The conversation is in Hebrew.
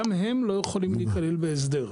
גם הם לא יכולים להיכלל בהסדר.